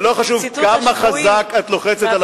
זה לא חשוב כמה חזק את לוחצת על